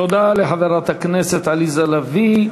תודה לחברת הכנסת עליזה לביא.